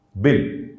bill